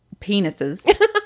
penises